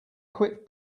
quit